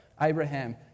Abraham